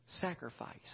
sacrifice